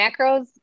Macros